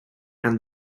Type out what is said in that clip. and